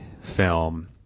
film